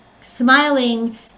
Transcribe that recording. smiling